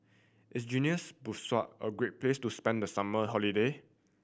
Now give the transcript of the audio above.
is Guineas Bissau a great place to spend the summer holiday